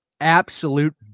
absolute